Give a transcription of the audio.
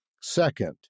Second